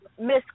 Miss